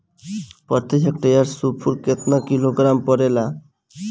प्रति हेक्टेयर स्फूर केतना किलोग्राम परेला?